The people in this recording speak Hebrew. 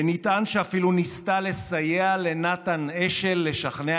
ונטען שאפילו ניסתה לסייע לנתן אשל לשכנע